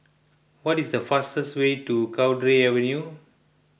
what is the fastest way to Cowdray Avenue